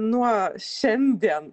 nuo šiandien